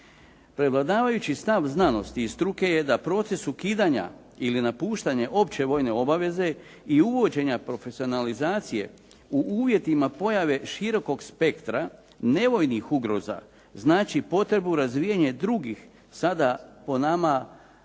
prevladavajući stav znanosti i struke je da proces ukidanja ili napuštanje opće vojne obaveze i uvođenja profesionalizacije u uvjetima pojave širokog spektra nevojnih ugroza znači potrebu razvijanja drugih sada po nama u velikoj